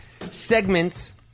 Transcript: segments